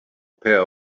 pair